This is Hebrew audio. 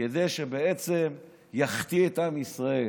כדי שבעצם יחטיא את עם ישראל.